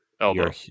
elbow